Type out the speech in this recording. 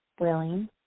willing